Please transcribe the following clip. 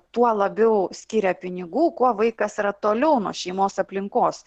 tuo labiau skiria pinigų kuo vaikas yra toliau nuo šeimos aplinkos